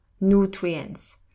nutrients